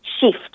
shift